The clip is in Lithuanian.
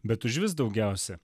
bet užvis daugiausia